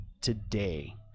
today